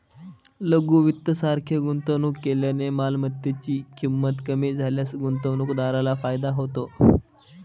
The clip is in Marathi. लघु वित्त सारखे गुंतवणूक केल्याने मालमत्तेची ची किंमत कमी झाल्यास गुंतवणूकदाराला फायदा होतो